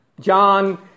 John